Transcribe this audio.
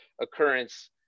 occurrence